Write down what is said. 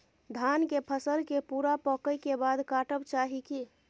धान के फसल के पूरा पकै के बाद काटब चाही की?